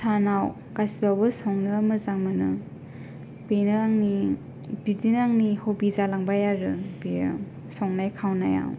सानाव गासिबावबो संनो मोजां मोनो बेनो आंनि बिदिनो आंनि हबि जालांबाय आरो बियो संनाय खावनायाव